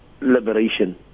liberation